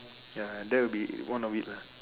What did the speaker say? ya that will be one of it lah